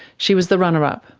she was the runner-up.